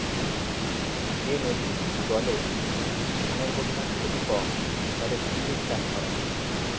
যে নদীর জলে নুনের পরিমাণ খুবই কম তাতে চিংড়ির চাষ করা হয়